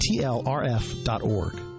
tlrf.org